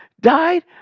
died